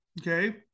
okay